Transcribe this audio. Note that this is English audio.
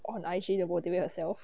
on I_G to motivate herself